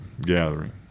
gathering